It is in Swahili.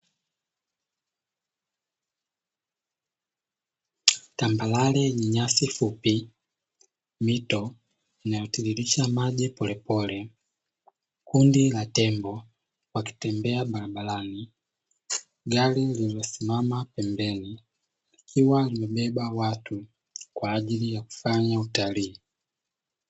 Eneo la tambarare na lenye nyasi fupi, mito inayotiririsha maji polepole na tembo wakitembea barabarani, gari limesimama pembeni likiwa limebeba watu kwa ajili ya kufanya utalii.